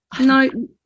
No